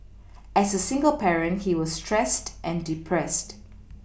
as a single parent he was stressed and depressed